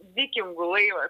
vikingų laivas